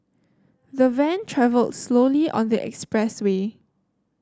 the van travelled slowly on the expressway